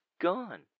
gone